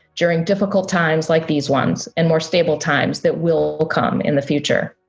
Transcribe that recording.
during difficult times like these ones and more stable times that will will come in the future.